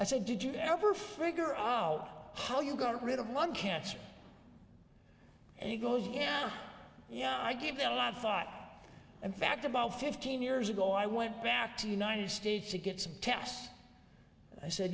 i said did you ever figure out how you got rid of lung cancer and he goes yeah yeah i gave it a lot of thought and fact about fifteen years ago i went back to the united states to get some tests i said